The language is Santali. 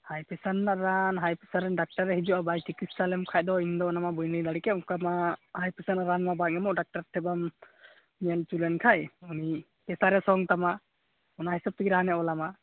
ᱦᱟᱭ ᱯᱮᱥᱟᱨ ᱨᱮᱱᱟᱜ ᱨᱟᱱ ᱦᱟᱭᱯᱮᱥᱟᱨ ᱨᱮᱱ ᱰᱟᱠᱛᱟᱨᱮ ᱦᱤᱡᱩᱜᱼᱟ ᱵᱟᱭ ᱪᱤᱠᱤᱥᱟ ᱞᱮᱢ ᱠᱷᱟᱱ ᱫᱚ ᱤᱫᱚ ᱚᱱᱟᱢᱟ ᱵᱟᱹᱧ ᱞᱟᱹᱭ ᱫᱟᱲᱮᱠᱮ ᱚᱱᱠᱟᱢᱟ ᱦᱟᱭ ᱯᱮᱥᱟᱨ ᱨᱮᱱᱟᱜ ᱨᱟᱱᱢᱟ ᱵᱟᱜ ᱮᱢᱚᱜ ᱰᱟᱠᱴᱟᱨ ᱴᱷᱮᱱ ᱵᱟᱢ ᱧᱮᱞ ᱚᱪᱚ ᱞᱮᱱᱠᱷᱟᱱ ᱩᱱᱤ ᱯᱮᱥᱟᱨᱮ ᱥᱚᱝ ᱛᱟᱢᱟ ᱚᱱᱟ ᱦᱤᱥᱟᱹᱵ ᱛᱮᱜᱮ ᱨᱟᱱᱮ ᱚᱞ ᱟᱢᱟ